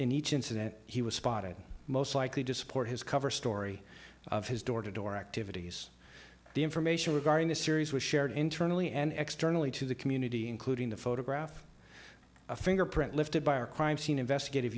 in each incident he was spotted most likely to support his cover story of his door to door activities the information regarding the series was shared internally and externally to the community including the photograph a fingerprint lifted by a crime scene investigative